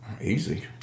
easy